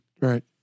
Right